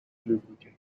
lubricated